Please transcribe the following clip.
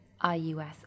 IUS